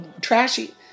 trashy